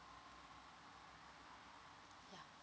ya